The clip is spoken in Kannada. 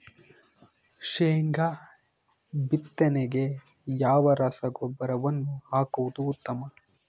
ಶೇಂಗಾ ಬಿತ್ತನೆಗೆ ಯಾವ ರಸಗೊಬ್ಬರವನ್ನು ಹಾಕುವುದು ಉತ್ತಮ?